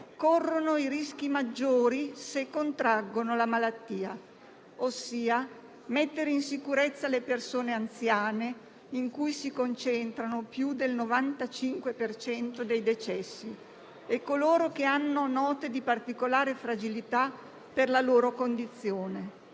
corrono i rischi maggiori se contraggono la malattia, ossia mettere in sicurezza le persone anziane, in cui si concentra più del 95 per cento dei decessi, e coloro che hanno note di particolare fragilità per la loro condizione.